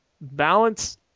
balance